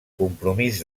compromís